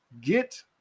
get